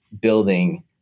building